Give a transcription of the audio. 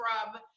scrub